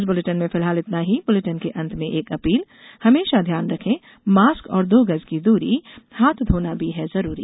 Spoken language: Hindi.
इस बुलेटिन के अंत में एक अपील हमेशा ध्यान रखें मास्क और दो गज की दूरी हाथ घोना भी है जरूरी